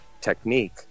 technique